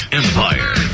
empire